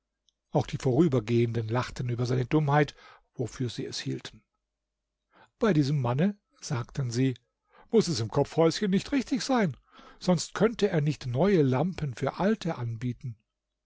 auch die vorübergehenden lachten über seine dummheit wofür sie es hielten bei diesem manne sagten sie muß es im kopfhäuschen nicht richtig sein sonst könnte er nicht neue lampen für alte anbieten